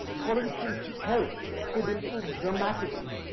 for instance, health could improve dramatically.